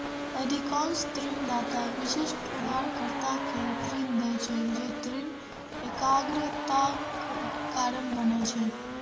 अधिकांश ऋणदाता विशिष्ट उधारकर्ता कें ऋण दै छै, जे ऋण एकाग्रताक कारण बनै छै